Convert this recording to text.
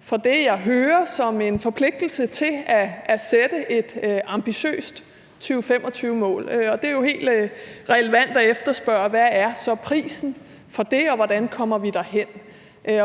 for det, jeg hører som en forpligtelse til at sætte et ambitiøst 2025-mål. Og det er jo helt relevant at efterspørge, hvad prisen for det er, og hvordan vi kommer derhen.